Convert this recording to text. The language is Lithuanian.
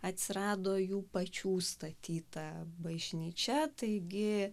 atsirado jų pačių statyta bažnyčia taigi